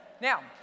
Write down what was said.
Now